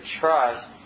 trust